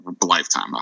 lifetime